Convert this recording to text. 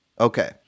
Okay